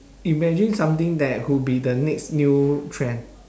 imagine something that would be the next new trend